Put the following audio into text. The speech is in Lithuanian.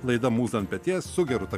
laida mūsų ant peties sukerta